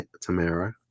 Tamara